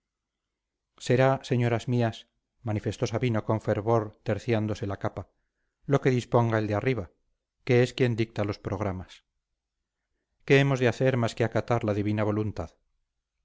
será señoras mías manifestó sabino con fervor terciándose la capa lo que disponga el de arriba que es quien dicta los programas qué hemos de hacer más que acatar la divina voluntad